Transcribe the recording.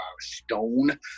stone